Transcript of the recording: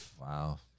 Wow